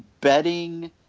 betting